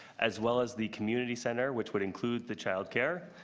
as well as the community center, which would include the child care,